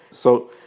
so,